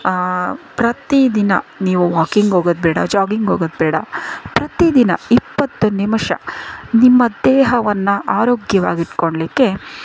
ಪ್ರತಿದಿನ ನೀವು ವಾಕಿಂಗ್ ಹೋಗೋದು ಬೇಡ ಜಾಗಿಂಗ್ ಹೋಗೋದು ಬೇಡ ಪ್ರತೀ ದಿನ ಇಪ್ಪತ್ತು ನಿಮಿಷ ನಿಮ್ಮ ದೇಹವನ್ನು ಆರೋಗ್ಯವಾಗಿಟ್ಕೊಳ್ಳಿಕ್ಕೆ